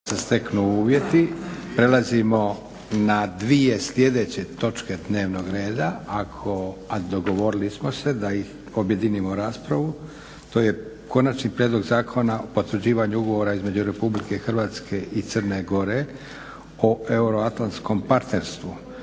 Josip (SDP)** Prelazimo na dvije sljedeće točke dnevnog reda, a dogovorili smo se da ih objedinimo raspravu. - Konačni prijedlog zakona o potvrđivanju Ugovora između Republike Hrvatske i Crne Gore o euroatlantskom partnerstvu,